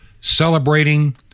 celebrating